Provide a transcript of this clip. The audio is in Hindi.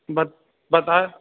बट बताए